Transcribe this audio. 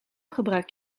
gebruik